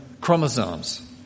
chromosomes